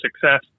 success